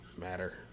matter